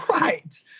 Right